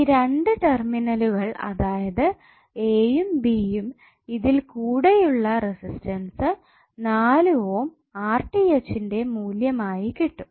ഈ രണ്ട് ടെർമിനലുകൾ അതായത് എ യും ബി യും ഇതിൽ കൂടെയുള്ള റെസിസ്റ്റൻസ് 4 ഓം ന്റെ മൂല്യം ആയി കിട്ടും